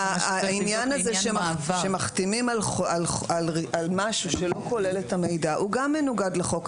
העניין הזה שמחתימים על משהו שלא כולל את המידע הוא גם מנוגד לחוק.